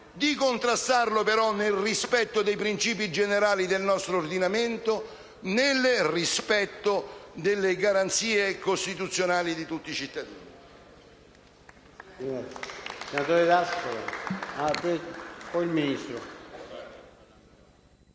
a contrastarlo nel rispetto dei principi generali del nostro ordinamento, nel rispetto delle garanzie costituzionali di tutti i cittadini.